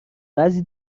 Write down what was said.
بعضی